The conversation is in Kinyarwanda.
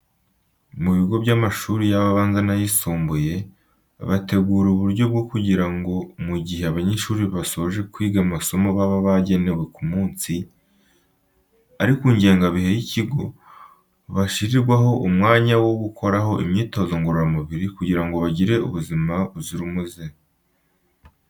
Ku bigo by'amashuri yaba abanza n'ayisumbuye, bategura uburyo bwo kugira ngo mu gihe abanyeshuri basoje kwiga amasomo baba baragenewe ku munsi ari ku ngengabihe y'ikigo, bashyirirwaho umwanya wo gukoraho imyitozo ngororamubiri, kugira ngo bagire ubuzima buzira umuze.